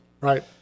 Right